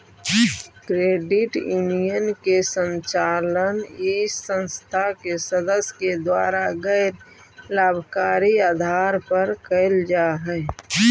credit union के संचालन इस संस्था के सदस्य के द्वारा गैर लाभकारी आधार पर कैल जा हइ